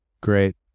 Great